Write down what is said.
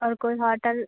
और कोई होटल